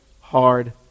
hard